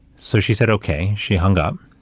so, she said, okay, she hung up.